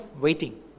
waiting